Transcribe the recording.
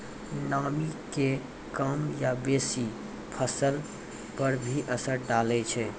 नामी के कम या बेसी फसल पर की असर डाले छै?